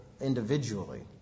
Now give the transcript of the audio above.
individually